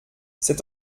c’est